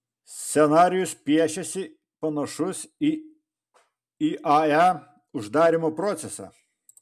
scenarijus piešiasi panašus į iae uždarymo procesą